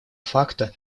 факта